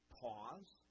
pause